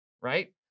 right